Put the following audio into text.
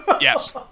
Yes